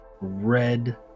red